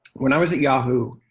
when i was at yahoo,